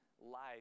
life